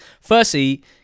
Firstly